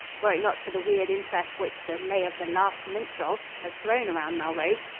were it not for the weird interest which the lay of the last minstrel has thrown around melrose,